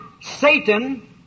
Satan